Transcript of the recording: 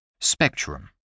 Spectrum